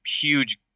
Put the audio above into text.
huge